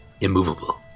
immovable